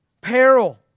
Peril